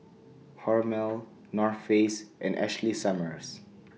Hormel North Face and Ashley Summers